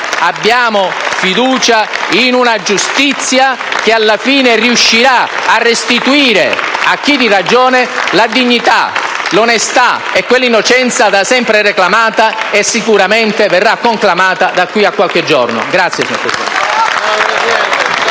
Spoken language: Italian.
abbiamo fiducia in una giustizia che, alla fine, riuscirà a restituire a chi di ragione la dignità, l'onestà e quell'innocenza da sempre reclamata e che sicuramente verrà conclamata da qui a qualche giorno. *(Vivi